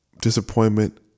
disappointment